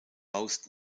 most